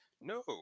no